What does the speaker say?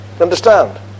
Understand